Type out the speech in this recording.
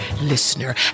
listener